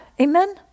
Amen